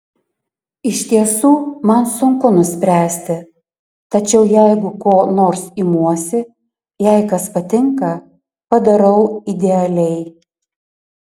iš tiesų man sunku nuspręsti tačiau jeigu ko nors imuosi jei kas patinka padarau idealiai